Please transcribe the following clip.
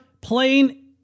playing